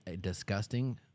disgusting